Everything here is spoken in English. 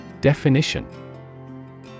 Definition